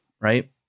right